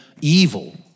evil